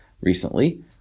recently